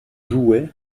jouaient